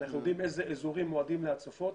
אנחנו יודעים איזה אזורים מועדים להצפות.